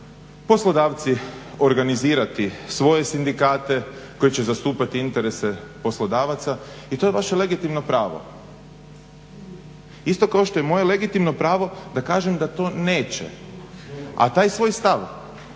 poslodavci organizirati svoje sindikate koji će zastupati interese poslodavaca i to je vaše legitimno pravo. Isto kao što je moje legitimno pravo da kažem da to neće, a taj svoj stav